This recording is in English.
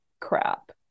crap